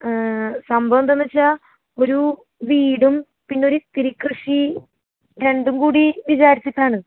സംഭവെന്തെന്നെച്ചാൽ ഒരു വീടും പിന്നൊരിത്തിരി കൃഷി രണ്ടും കൂടി വിചാരിച്ചിട്ടാണ്